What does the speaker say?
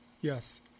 Yes